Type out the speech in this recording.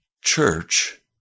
church